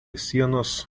sienos